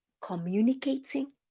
communicating